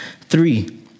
three